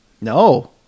No